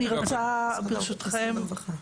אני רוצה, ברשותכם.